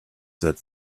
that